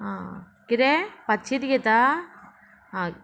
आं कितें पातशींच घेता आ